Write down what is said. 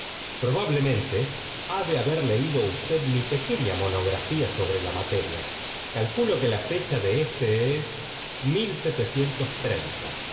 probablemente ha de haber leído usted mi pequeña monografía sobre la materia calculo que la fecha de éste es